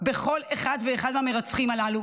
בכל אחד ואחד מהמרצחים הללו